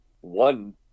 one